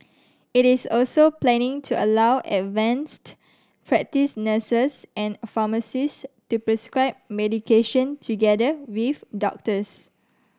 it is also planning to allow advanced practice nurses and pharmacist to prescribe medication together with doctors